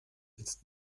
jetzt